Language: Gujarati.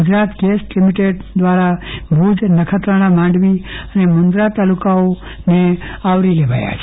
ગુજરાત ગેસ લિમીટેડ દ્વારા ભુજ નખત્રાણા માંડવી અને મુન્દ્રા તાલુકાઓને આવરી લેવાયા છે